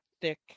thick